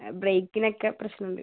ആ ബ്രെയ്ക്കിനൊക്കെ പ്രശ്നമുണ്ട്